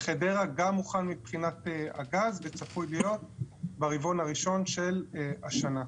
חדרה גם מוכן מבחינת הגז וצפוי להיות ברבעון הראשון של השנה.